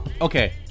Okay